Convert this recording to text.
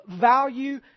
value